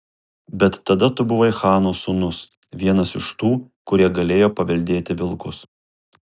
bet tada tu buvai chano sūnus vienas iš tų kurie galėjo paveldėti vilkus